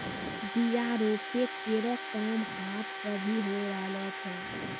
बीया रोपै केरो काम हाथ सें भी होय रहलो छै